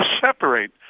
separate